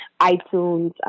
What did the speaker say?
iTunes